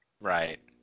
Right